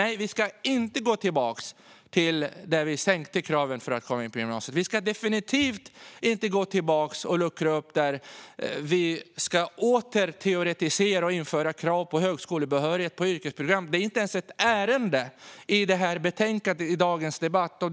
Nej, vi ska inte gå tillbaka och sänka kraven för att komma in på gymnasiet. Vi ska definitivt inte gå tillbaka och luckra upp det, utan vi ska åter teoretisera och införa krav på högskolebehörighet på yrkesprogram. Det är inte ens ett ärende i det betänkande som vi debatterar i dag.